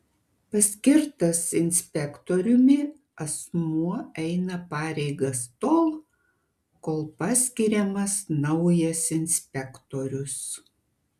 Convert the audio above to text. paskirtas inspektoriumi asmuo eina pareigas tol kol paskiriamas naujas inspektorius